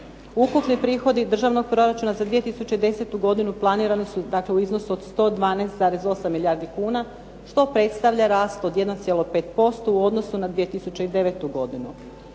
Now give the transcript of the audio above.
Ukupni prihodi državnog proračuna za 2010. godinu planirani su u iznosu od 112,8 milijardi kuna što predstavlja rast od 1,5% u odnosu na 2009. godinu.